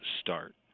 start